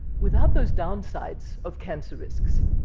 without those downsides of cancer risks?